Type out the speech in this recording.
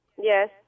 Yes